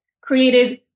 created